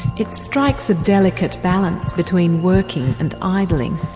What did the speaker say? it strikes a delicate balance between working and idling,